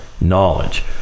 knowledge